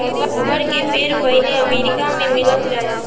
rubber के पेड़ पहिले अमेरिका मे मिलत रहे